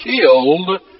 killed